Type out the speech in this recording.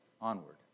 onward